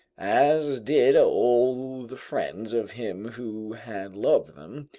as did all the friends of him who had loved them.